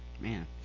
Man